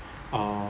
uh